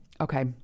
Okay